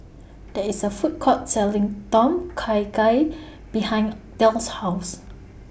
There IS A Food Court Selling Tom Kha Gai behind Del's House